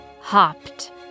hopped